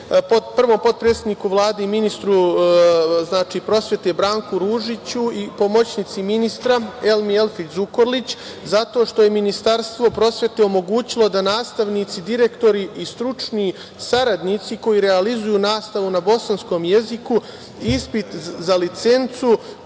prvom potpredsedniku Vlade i ministru prosvete Branku Ružiću i pomoćnici ministra Elmi Elfić Zukorlić, zato što je Ministarstvo prosvete omogućilo da nastavnici, direktori i stručni saradnici koji realizuju nastavu na bosanskom jeziku ispit za licencu,